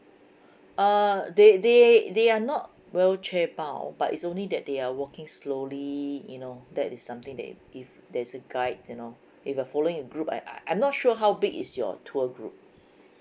err they they they are not wheelchair bound but is only that they're walking slowly you know that is something that if there is a guide you know if I following a group I I'm not sure how big is your tour group